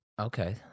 Okay